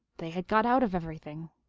they had got out of everything.